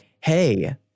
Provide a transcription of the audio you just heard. hey